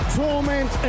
torment